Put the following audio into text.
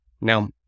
Now